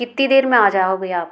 कितनी देर में आ जाओगे आप